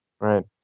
Right